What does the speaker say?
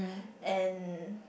and